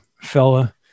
fella